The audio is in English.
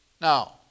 Now